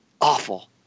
awful